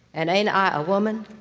and ain't i a woman?